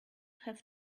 have